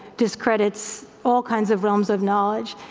discredits all kinds of realms of knowledge,